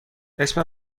اسم